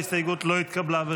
ההסתייגות לא התקבלה.